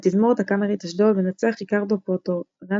התזמורת הקאמרית אשדוד, מנצח ריקרדו פוטורנסקי,